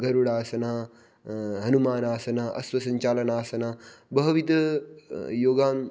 गरुडासनं हनुमानासनं अश्वसञ्चालनासनं बहुविध योगान्